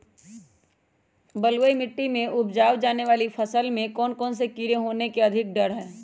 बलुई मिट्टी में उपजाय जाने वाली फसल में कौन कौन से कीड़े होने के अधिक डर हैं?